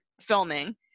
filming